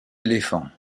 éléphants